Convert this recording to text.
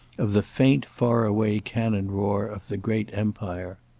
of the faint faraway cannon-roar of the great empire.